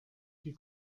die